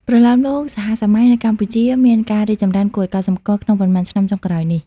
ប្រលោមលោកសហសម័យនៅកម្ពុជាមានការរីកចម្រើនគួរឲ្យកត់សម្គាល់ក្នុងប៉ុន្មានឆ្នាំចុងក្រោយនេះ។